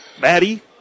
Maddie